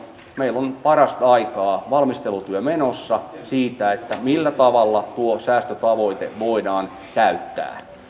meillä on parastaikaa valmistelutyö menossa siitä millä tavalla tuo säästötavoite voidaan täyttää